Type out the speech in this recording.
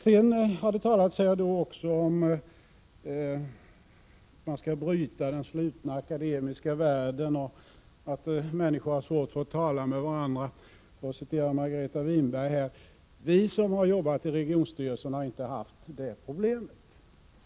Sedan har det också talats om att man skall bryta upp den slutna akademiska världen och att människor har svårt för att tala med varandra, för att citera Margareta Winberg. Vi som har jobbat i regionstyrelsen har inte haft de problemen.